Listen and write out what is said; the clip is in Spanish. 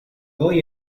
hoy